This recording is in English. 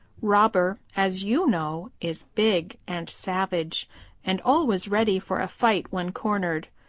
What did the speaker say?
robber, as you know, is big and savage and always ready for a fight when cornered.